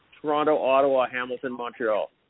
Toronto-Ottawa-Hamilton-Montreal